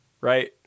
right